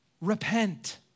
repent